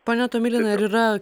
pone tomilinai ar yra